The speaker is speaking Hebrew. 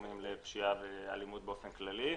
הגורמים לפשיעה ואלימות באופן כללי.